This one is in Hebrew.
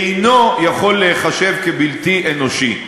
אינה יכולה להיחשב בלתי אנושית.